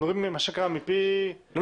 לא,